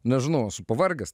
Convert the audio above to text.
nežinau esu pavargęs